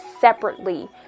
separately